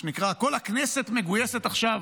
כל הכנסת מגויסת עכשיו